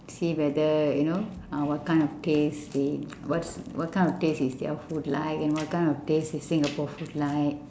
see whether you know uh what kind of taste they what's what kind of taste is their food like and what kind of taste is singapore food like